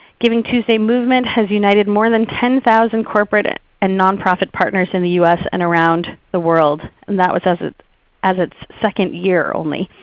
givingtuesday movement has united more than ten thousand corporate and nonprofit partners in the us and around the world and that's was as its as its second year only.